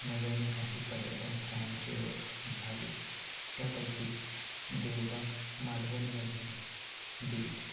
नव्याने काही पर्यटन स्थळांची ओळख झाली त्यापैकीच देवबाग मालवणमधील बीच